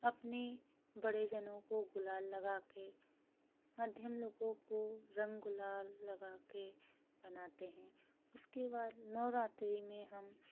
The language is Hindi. अपनी बड़े जनों को गुलाल लगाके मध्यम लोगों को रंग गुलाल लगाके मनाते हैं उसके बाद नवरात्रि में हम